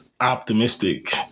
optimistic